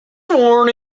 sworn